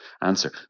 answer